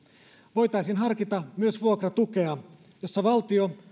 voitaisiin harkita myös vuokratukea jolla valtio